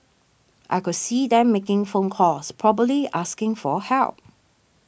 I could see them making phone calls probably asking for help